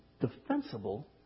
defensible